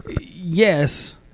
yes